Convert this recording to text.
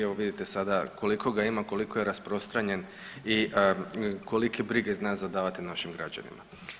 Evo i vidite sada koliko ga ima, koliko je rasprostranjen i kolike brige zna zadavati našim građanima.